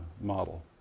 model